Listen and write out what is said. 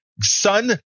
son